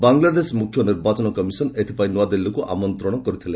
ବାଂଲାଦେଶ ମୁଖ୍ୟ ନିର୍ବାଚନ କମିଶନ ଏଥିପାଇଁ ନୂଆଦିଲ୍ଲୀକୁ ଆମନ୍ତ୍ରଣ କରିଥିଲେ